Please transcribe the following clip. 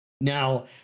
Now